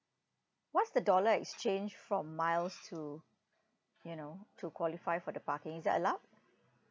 what's the dollar exchange from miles to you know to qualify for the parking is it allowed